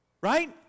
Right